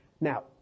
Now